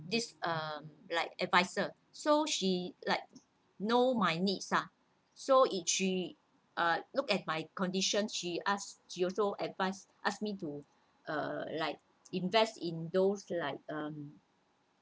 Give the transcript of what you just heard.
this uh like adviser so she like know my needs lah so it she uh look at my condition she asked she also advised ask me to uh like invest in those like um